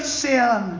sin